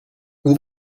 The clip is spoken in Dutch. hoe